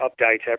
update